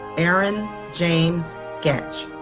aaron james goetsch.